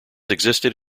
existed